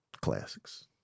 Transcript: Classics